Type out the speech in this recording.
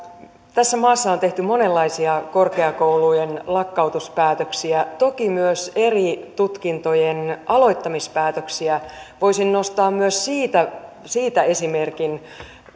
tässä maassa on tehty monenlaisia korkeakoulujen lakkautuspäätöksiä toki myös eri tutkintojen aloittamispäätöksiä voisin nostaa myös siitä siitä esimerkin